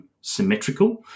symmetrical